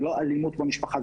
זה לא אלימות במשפחה,